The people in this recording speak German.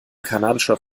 kanadischer